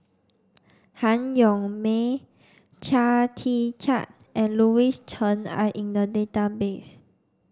Han Yong May Chia Tee Chiak and Louis Chen are in the database